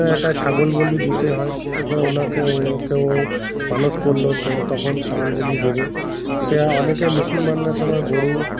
একটা ছাগল বলি দিতে হয় তো ওকে ওনাকে কেউ মানত করলো তো তখন ছাগল বলি দেবে সে অনেকেই মুসলমানরা সবাই গরু